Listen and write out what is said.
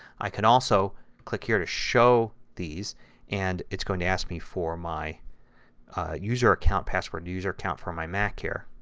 i can also click here to show these and it is going to ask me for my user account password. the user account for my mac here.